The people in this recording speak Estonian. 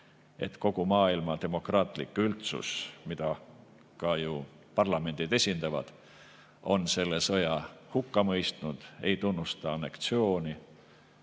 et kogu maailma demokraatlik üldsus, mida parlamendid esindavad, on selle sõja hukka mõistnud, ei tunnusta anneksiooni